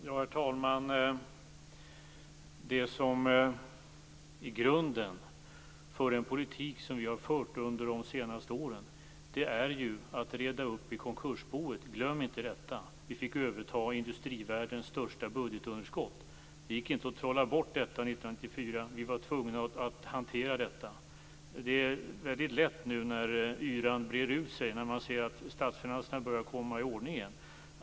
Herr talman! Grunden för den politik som vi har fört under de senaste åren är ju att reda upp i konkursboet. Glöm inte detta. Vi fick överta industrivärldens största budgetunderskott. Det gick inte att trolla bort detta 1994. Vi var tvungna att hantera detta. Det är väldigt lätt hänt att yran nu breder ut sig när man ser att statsfinanserna börjar komma i ordning igen.